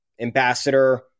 ambassador